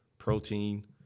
protein